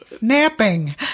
napping